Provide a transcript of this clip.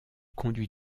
conduit